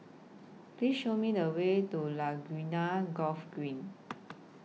Please Show Me The Way to Laguna Golf Green